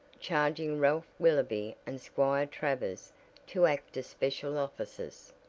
charging ralph willoby and squire travers to act as special officers.